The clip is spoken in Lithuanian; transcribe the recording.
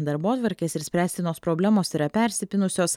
darbotvarkės ir spręstinos problemos yra persipynusios